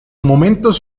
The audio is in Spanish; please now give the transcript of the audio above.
momentos